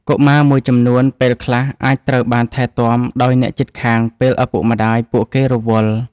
កុមារមួយចំនួន ពេលខ្លះអាចត្រូវបានថែទាំដោយអ្នកជិតខាងពេលឪពុកម្តាយពួកគេរវល់។